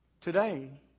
Today